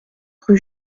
rue